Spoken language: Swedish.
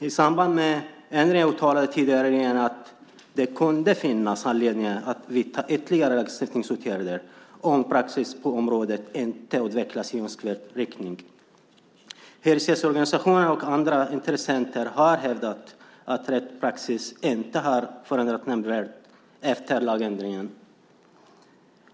I samband med ändringen uttalade den tidigare regeringen att det kunde finnas anledning att vidta ytterligare lagstiftningsåtgärder om praxis på området inte utvecklas i önskvärd riktning. Hyresgästorganisationer och andra intressenter har hävdat att rättspraxis inte har förändrats nämnvärt efter lagändringen.